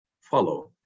follow